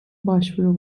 başvuru